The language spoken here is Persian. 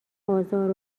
آزار